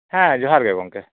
ᱦᱮᱸ ᱡᱚᱦᱟᱨ ᱜᱮ ᱜᱚᱝᱠᱮ